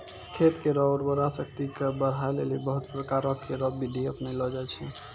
खेत केरो उर्वरा शक्ति क बढ़ाय लेलि बहुत प्रकारो केरो बिधि अपनैलो जाय छै